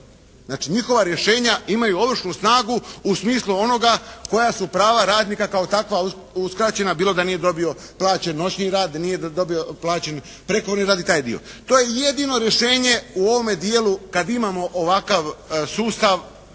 Znači njihova rješenja imaju ovršnu snagu u smislu onoga koja su prava radnika kao takva uskraćena bilo da nije dobio plaćen noćni rad, nije dobio prekovremeni rad i taj dio. To je jedino rješenje u ovome dijelu kada imamo ovakav sustav